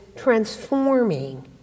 transforming